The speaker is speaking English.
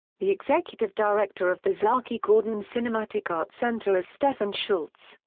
the executive director of the zaki gordon cinematic arts center is stephan schultze,